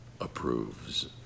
approves